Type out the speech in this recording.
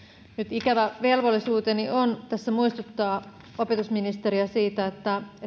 ikävä velvollisuuteni on tässä muistuttaa opetusministeriä siitä että